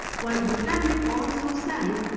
while britannic also sank,